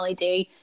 LED